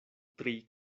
tri